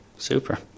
super